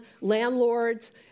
landlords